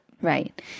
Right